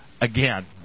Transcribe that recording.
again